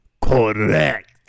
Correct